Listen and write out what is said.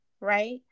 Right